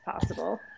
possible